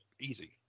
easy